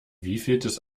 wievieltes